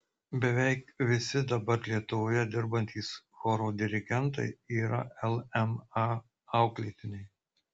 beveik visi dabar lietuvoje dirbantys choro dirigentai yra lma auklėtiniai